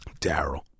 Daryl